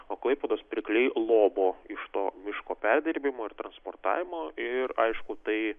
o klaipėdos pirkliai lobo iš to miško perdirbimo ir transportavimo ir aišku tai